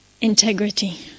Integrity